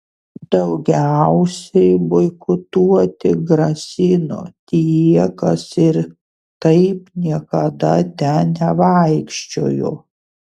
daugiausiai boikotuoti grasino tie kas ir taip niekada ten nevaikščiojo